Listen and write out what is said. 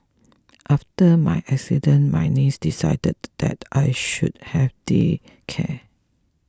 after my accident my niece decided that I should have day care